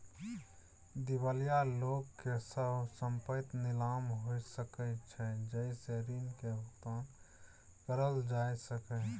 दिवालिया लोक के सब संपइत नीलाम हो सकइ छइ जइ से ऋण के भुगतान करल जा सकइ